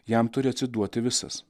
jam turi atsiduoti visas